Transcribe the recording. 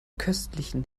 köstlichen